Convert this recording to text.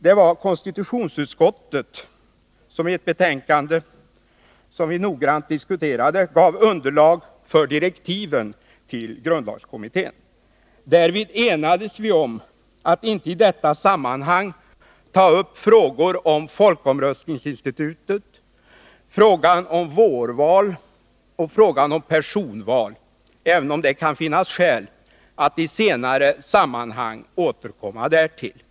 Det var konstitutionsutskottet som i ett betänkande, som vi noggrant diskuterade, gav underlag för direktiven till grundlagskommittén. Därvid enades vi om att inte i detta sammanhang ta upp frågor om folkomröstningsinstitutet, frågan om vårval och frågan om personval, även om det kan finnas skäl att i senare sammanhang återkomma därtill.